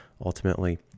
ultimately